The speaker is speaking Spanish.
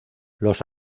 los